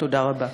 תודה רבה.